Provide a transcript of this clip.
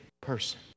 person